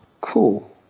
cool